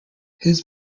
his